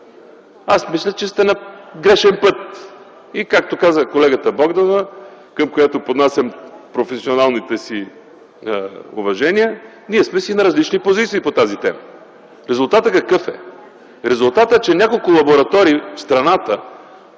мисля, че сте на грешен път. Както каза и колегата Богданова, към която поднасям професионалните си уважения, ние сме на различни позиции по тази тема. Какъв е резултатът? Резултатът, че няколко лаборатории в страната